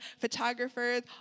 photographers